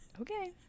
okay